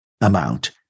amount